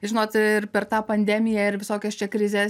žinot ir per tą pandemiją ir visokios čia krizes